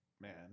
man